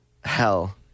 hell